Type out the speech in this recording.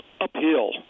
uphill